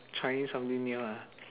trying something new ah